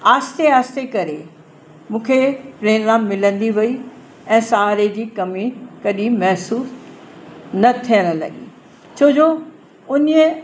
आहिस्ते आहिस्ते करे मूंखे प्रेरणा मिलंदी वयी ऐं सहारे जी कमी कॾहिं महिसूसु न थियणु लॻी छो जो उन